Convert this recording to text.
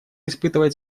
испытывает